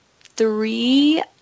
three